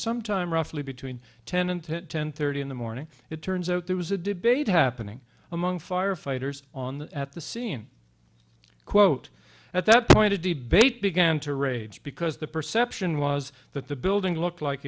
sometime roughly between ten and hit ten thirty in the morning it turns out there was a debate happening among firefighters on at the scene quote at that point a debate began to rage because the perception was that the building looked like